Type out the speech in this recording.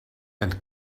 and